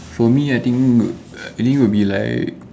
for me I think I think would be like